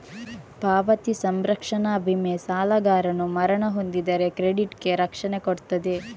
ಪಾವತಿ ಸಂರಕ್ಷಣಾ ವಿಮೆ ಸಾಲಗಾರನು ಮರಣ ಹೊಂದಿದರೆ ಕ್ರೆಡಿಟ್ ಗೆ ರಕ್ಷಣೆ ಕೊಡ್ತದೆ